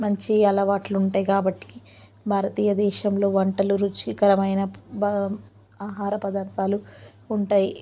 మంచి అలవాట్లు ఉంటాయి కాబట్టి భారతీయ దేశంలో వంటలు రుచికరమైన బా ఆహర పదార్థాలు ఉంటాయి